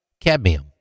cadmium